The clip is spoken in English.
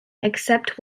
except